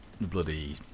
bloody